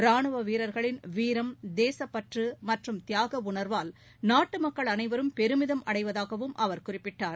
ராணுவ வீரர்களின் வீரம் தேச பற்று மற்றும் தியாக உணர்வால் நாட்டு மக்கள் அனைவரும் பெருமிதம் அடைவதாகவும் அவர் குறிப்பிட்டார்